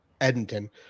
Edmonton